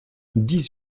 dix